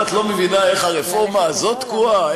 אם את לא מבינה איך הרפורמה הזאת תקועה,